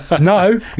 no